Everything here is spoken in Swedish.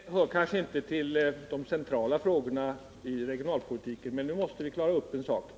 Herr talman! Även om den här frågan inte hör till de centrala när det gäller regionalpolitiken måste vi nu klara upp en sak.